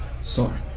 sorry